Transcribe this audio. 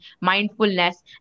mindfulness